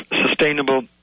sustainable